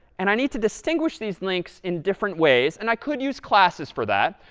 and i need to distinguish these links in different ways. and i could use classes for that.